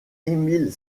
emil